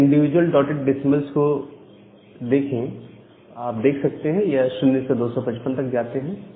आप इन individual dotted decimals को देख सकते हैं यह 0 से 255 तक जाते हैं